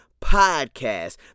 podcast